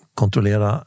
kontrollera